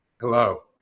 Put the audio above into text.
Hello